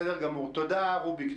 תודה רבה, רוביק.